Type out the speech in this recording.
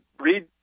read